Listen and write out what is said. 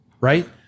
right